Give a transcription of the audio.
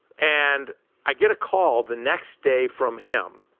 and i get a call the next day from him,